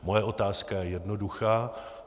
Moje otázka je jednoduchá.